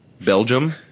Belgium